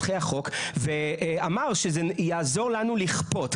ואמר שזה יעזור לנו לכפות.